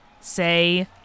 say